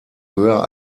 höher